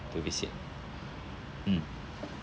to visit mm